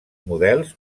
models